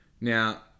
Now